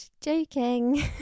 Joking